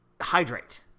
Hydrate